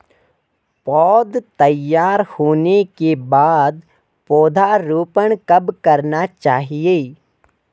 पौध तैयार होने के बाद पौधा रोपण कब करना चाहिए?